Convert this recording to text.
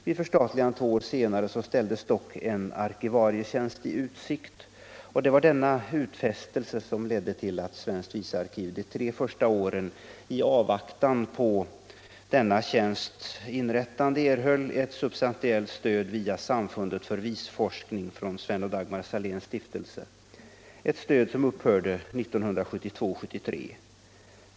Vid förstatligandet två år senare ställdes dock en arkivarietjänst i utsikt, och det var denna utfästelse som ledde till att svenskt visarkiv de tre första åren i avvaktan på denna tjänsts inrättande erhöll ett substantiellt stöd från Sven och Dagmar Saléns stiftelse via Samfundet för visforskning — ett stöd som upphörde 1972/73.